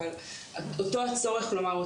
אבל אותו הצורך לומר,